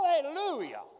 Hallelujah